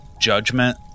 judgment